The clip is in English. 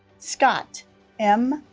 scott m.